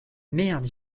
merde